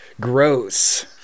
Gross